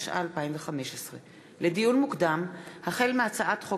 התשע"ה 2015. לדיון מוקדם: החל בהצעת חוק